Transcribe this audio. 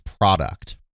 product